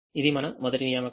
ఇది మన మొదటి నియామకం